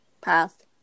path